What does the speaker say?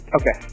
Okay